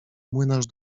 młynarz